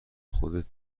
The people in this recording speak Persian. خودت